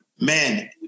Man